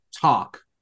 talk